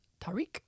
Tariq